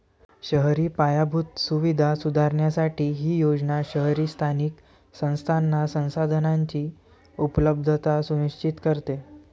शहरी पायाभूत सुविधा सुधारण्यासाठी ही योजना शहरी स्थानिक संस्थांना संसाधनांची उपलब्धता सुनिश्चित करते